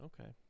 okay